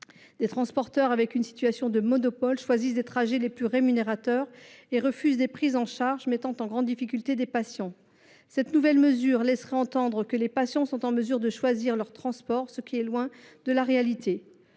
Des transporteurs en situation de monopole choisissent les trajets les plus rémunérateurs et refusent des prises en charge, ce qui met en grande difficulté les patients. Au travers de cette nouvelle mesure, le Gouvernement laisse entendre que les patients sont en mesure de choisir leur transport, or c’est loin de la réalité